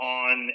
on